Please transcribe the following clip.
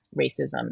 racism